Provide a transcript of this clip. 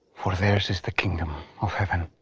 for theirs is the kingdom of heaven.